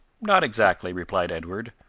not exactly, replied edward,